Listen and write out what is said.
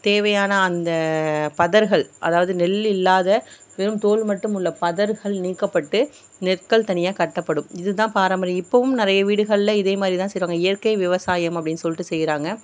தேவையான அந்த பதர்கள் அதாவது நெல் இல்லாத வெறும் தோல் மட்டும் உள்ள பதருகள் நீக்கப்பட்டு நெற்கள் தனியாக கட்டப்படும் இது தான் பாரம்பரியம் இப்பயும் நிறைய வீடுகளில் இதே மாதிரி தான் செய்கிறாங்க இயற்கை விவசாயம் அப்டின்னு சொல்லிட்டு செய்கிறாங்க